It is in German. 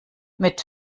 mit